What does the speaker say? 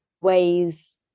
ways